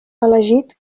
elegit